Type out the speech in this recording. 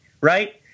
Right